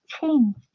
changed